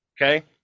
okay